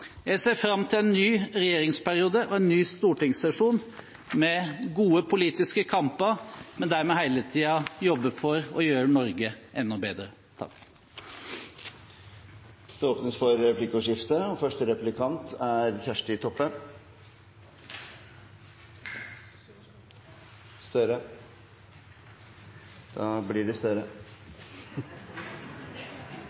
Jeg ser fram til en ny regjeringsperiode og en ny stortingssesjon med gode politiske kamper der vi hele tiden jobber for å gjøre Norge enda bedre. Det blir replikkordskifte. Jeg har merket meg at både representanten Helleland og jeg har bilde av Hallingskarvet på kontoret vårt. Det